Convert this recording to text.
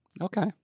Okay